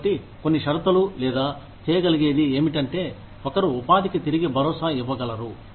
కాబట్టి కొన్ని షరతులు లేదా చేయగలిగేది ఏమిటంటే ఒకరు ఉపాధికి తిరిగి భరోసా ఇవ్వగలరు